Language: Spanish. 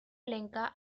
lenca